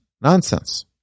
nonsense